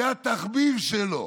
זה התחביב שלו.